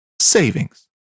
savings